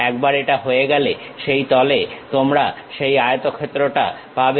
একবার এটা হয়ে গেলে সেই তলে তোমরা সেই আয়তক্ষেত্রটা পাবে